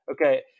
Okay